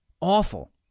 Awful